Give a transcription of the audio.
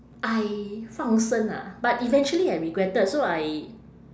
I 放生 ah but eventually I regretted so I